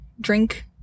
drink